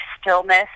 stillness